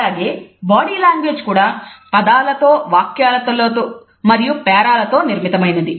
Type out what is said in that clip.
అలాగే బాడీలాంగ్వేజ్ కూడా పదాలతో వాక్యాలతో మరియు పేరాల తో నిర్మితమైనది